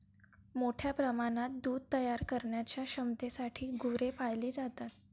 मोठ्या प्रमाणात दूध तयार करण्याच्या क्षमतेसाठी गुरे पाळली जातात